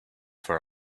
for